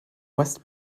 west